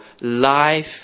life